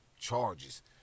charges